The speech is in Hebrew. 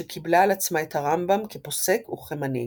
שקיבלה על עצמה את הרמב"ם כפוסק וכמנהיג.